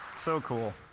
so cool.